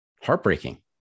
Heartbreaking